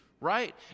right